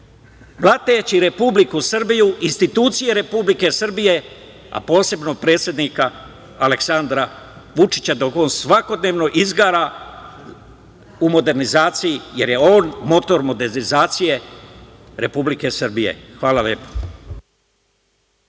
blateći Republiku Srbiju, institucije Republike Srbije, posebno predsednika Aleksandra Vučića, dok on svakodnevno izgara u modernizaciji, jer je on motor modernizacije Republike Srbije. Hvala lepo.